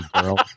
girl